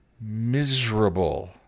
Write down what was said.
miserable